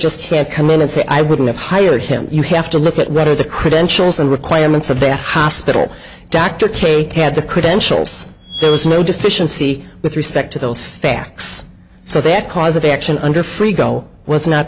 just can't come in and say i wouldn't hire him you have to look at what are the credentials and requirements of that hospital dr kay had the credentials there was no deficiency with respect to those facts so that cause of action under free go was not